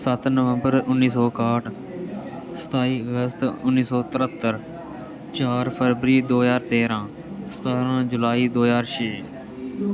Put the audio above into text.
सत्त नवम्बर उ'न्नी सौ काह्ट सताई अगस्त उ'न्नी सौ तरत्तर चार फरवरी दो ज्हार तेरां सत्तारां जुलाई दो ज्हार छेऽ